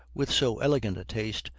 with so elegant a taste,